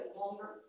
longer